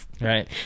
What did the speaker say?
right